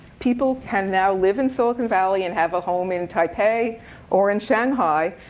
people can now live in silicon valley, and have a home in taipei or in shanghai,